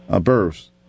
births